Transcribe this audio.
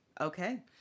Okay